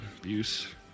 Abuse